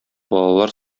балалар